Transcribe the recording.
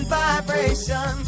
vibration